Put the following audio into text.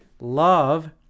love